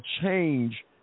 change